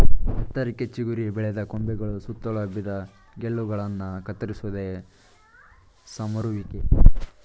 ಎತ್ತರಕ್ಕೆ ಚಿಗುರಿ ಬೆಳೆದ ಕೊಂಬೆಗಳು ಸುತ್ತಲು ಹಬ್ಬಿದ ಗೆಲ್ಲುಗಳನ್ನ ಕತ್ತರಿಸೋದೆ ಸಮರುವಿಕೆ